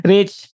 Rich